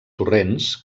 torrents